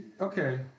okay